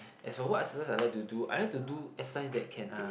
as for what exercise I like to do I like to do exercise that can uh